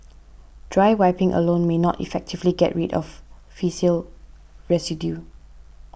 dry wiping alone may not effectively get rid of faecal residue